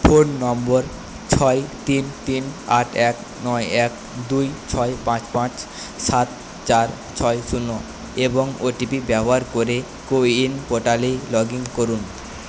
phone নম্বর ছয় তিন তিন আট এক নয় এক দুই ছয় পাঁচ পাঁচ সাত চার ছয় শূন্য এবং ওটিপি ব্যবহার করে কো উইন পোর্টালে লগ ইন করুন